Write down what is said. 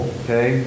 okay